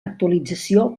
actualització